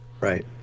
Right